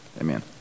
Amen